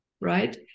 Right